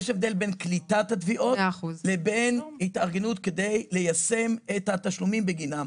יש הבדל בין קליטת התביעות לבין התארגנות כדי ליישם את התשלומים בגינן.